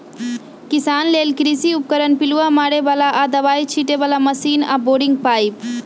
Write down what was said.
किसान लेल कृषि उपकरण पिलुआ मारे बला आऽ दबाइ छिटे बला मशीन आऽ बोरिंग पाइप